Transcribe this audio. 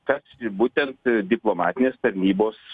kas būtent diplomatinės tarnybos